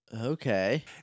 Okay